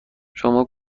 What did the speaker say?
شما